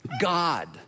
God